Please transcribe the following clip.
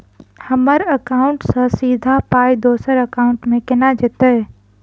हम्मर एकाउन्ट सँ सीधा पाई दोसर एकाउंट मे केना जेतय?